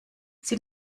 sie